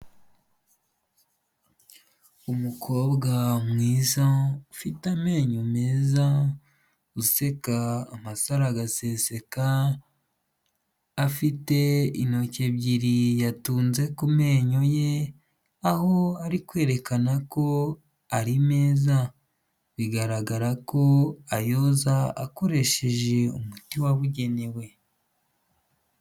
Umukobwa mwiza ufite amenyo meza useka amasaro agaseseka, afite intoki ebyiri yatunze ku menyo ye aho ari kwerekana ko ari meza, bigaragara ko ayoza akoresheje umuti wabugenewe.